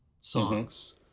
songs